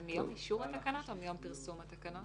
האם זה מיום אישור התקנות או מיום פרסום התקנות?